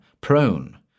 prone